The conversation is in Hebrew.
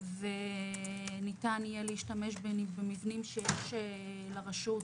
וניתן יהיה להשתמש במבנים שיש לרשות,